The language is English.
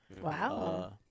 Wow